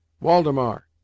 Waldemar